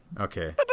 Okay